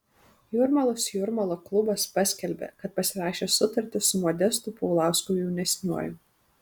jūrmalos jūrmala klubas paskelbė kad pasirašė sutartį su modestu paulausku jaunesniuoju